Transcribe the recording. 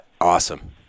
awesome